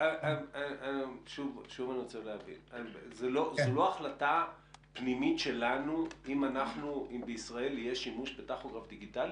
זו לא החלטה פנימית שלנו אם בישראל יהיה שימוש בטכוגרף דיגיטלי?